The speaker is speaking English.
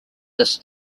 this